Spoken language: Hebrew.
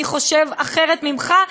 אני חושב אחרת ממך.